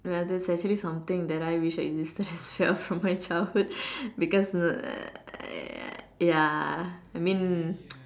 ya there's actually something that I wish that it still existed as well from my childhood because you know ya I mean